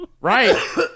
Right